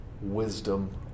wisdom